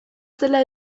zela